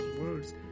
words